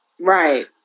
Right